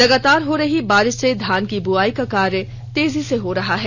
लगातार हो रही बारिष से धान की बुआई का कार्य तेजी से हो रहा है